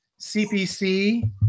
CPC